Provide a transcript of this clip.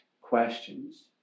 questions